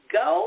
go